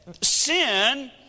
sin